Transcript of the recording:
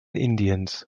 indiens